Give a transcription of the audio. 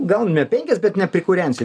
gal ne penkias bet neprikūrensi